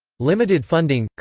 limited funding,